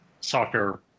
soccer